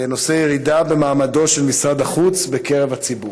הנושא: ירידה במעמדו של משרד החוץ בקרב הציבור.